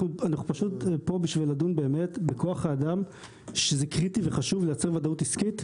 אנחנו פה בשביל לדון בכוח האדם שזה קריטי לייצר וודאות עסקית,